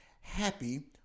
happy